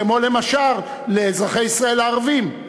כמו למשל לאזרחי ישראל הערבים,